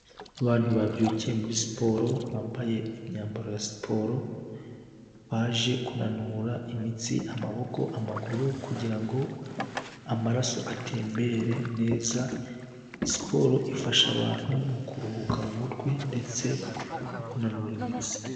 Abantu babyukiye muri siporo, bambaye imyambaro ya siporo, baje kunanura imitsi, amaboko, amaguru kugira ngo amaraso atembere neza, siporo ifasha abantu mu kuruhuka mu mutwe ndetse no kunanura imitsi.